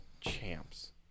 champs